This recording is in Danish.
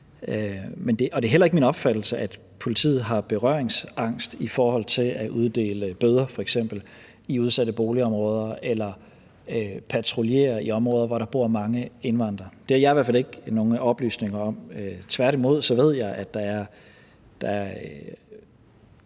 det er heller ikke min opfattelse, at politiet har berøringsangst i forhold til f.eks. at uddele bøder i udsatte boligområder eller at patruljere i områder, hvor der bor mange indvandrere. Det har jeg i hvert fald ikke nogen oplysninger om – tværtimod ved jeg, at